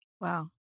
Wow